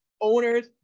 owners